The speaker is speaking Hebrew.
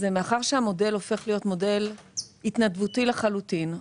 מאחר שהמודל הופך להיות מודל התנדבותי לחלוטין,